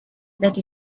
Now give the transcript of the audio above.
that